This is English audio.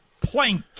plank